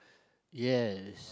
yes